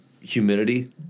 humidity